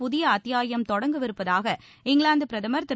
புதிய அத்தியாயம் தொடங்கவிருப்பதாக இங்கிலாந்துப் பிரதமர் திரு